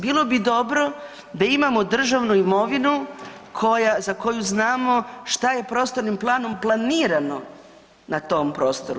Bilo bi dobro da imamo državnu imovinu za koju znamo što je prostornim planom planirano na tom prostoru.